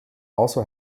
also